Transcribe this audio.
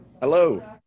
hello